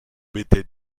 bitte